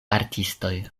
artistoj